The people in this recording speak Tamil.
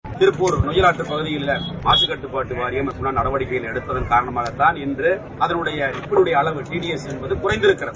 செகண்ட்ஸ் திருப்பூர் நொய்யல் ஆற்றுப் பகுதியில் மாசு கட்டுப்பாட்டு வாரியம் எல்லா நடவடிக்கையும் எடுத்ததன் காரணமாகத்தான் இன்று அதனுடைய மாசின் அளவு குறைந்திருக்கிறது